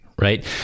right